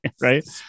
right